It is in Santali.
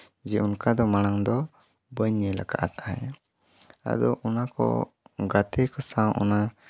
ᱡᱮ ᱚᱱᱠᱟ ᱫᱚ ᱢᱟᱲᱟᱝ ᱫᱚ ᱵᱟᱹᱧ ᱧᱮᱞ ᱟᱠᱟᱫ ᱛᱟᱦᱮᱱ ᱟᱫᱚ ᱚᱱᱟ ᱠᱚ ᱜᱟᱛᱮ ᱠᱚ ᱥᱟᱶ ᱚᱱᱟ